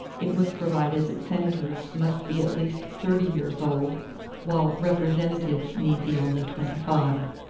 it was provided that senators must be at least thirty years old while representatives need be only twenty-five.